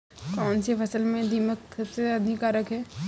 कौनसी फसल में दीमक सबसे ज्यादा हानिकारक है?